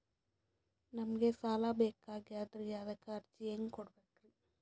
ನಮಗ ಸಾಲ ಬೇಕಾಗ್ಯದ್ರಿ ಅದಕ್ಕ ಅರ್ಜಿ ಹೆಂಗ ಹಾಕಬೇಕ್ರಿ?